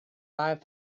five